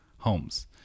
homes